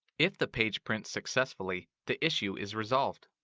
if the page prints successfully, the issue is resolved.